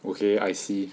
okay I see